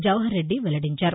జవహర్రెడ్డి వెల్లడించారు